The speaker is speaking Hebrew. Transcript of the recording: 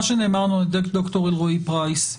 מה שנאמר לנו על ידי ד"ר אלרועי פרייס,